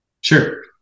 sure